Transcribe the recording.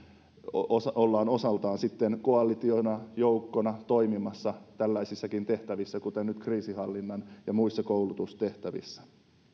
että ollaan osaltaan sitten koalitiona joukkona toimimassa tällaisissakin tehtävissä kuten nyt kriisinhallinnan ja muissa koulutustehtävissä